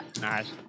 Nice